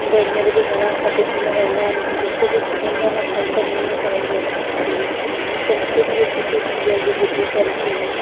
मुंहिंजा हीअंर बि घणा खां टिफ़िन वेंदा आहिनि त जेको बि खाइंदो आहे न खाई करे हीअंई चवंदो आहे की सुठी हुई पोइ मूंखे बि इहे ख़ुशी थींदी आहे इहो ॿुधी करे की